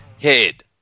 head